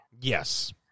yes